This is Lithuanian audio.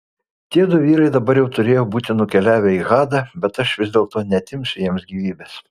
tiedu vyrai dabar jau turėjo būti nukeliavę į hadą bet aš vis dėlto neatimsiu jiems gyvybės